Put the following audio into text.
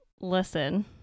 listen